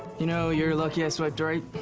you know, you're lucky i swiped right.